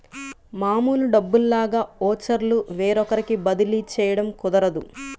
మామూలు డబ్బుల్లాగా ఓచర్లు వేరొకరికి బదిలీ చేయడం కుదరదు